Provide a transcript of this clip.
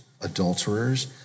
adulterers